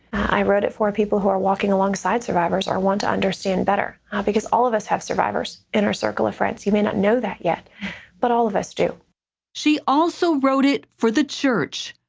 i wrote it for people who are walking alongside survivors or want to understand better because all of us have survivors in our circle of friends. you may not know that yet but all of us do. reporter she also wrote it for the church,